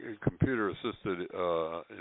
Computer-assisted